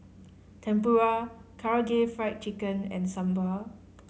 Tempura Karaage Fried Chicken and Sambar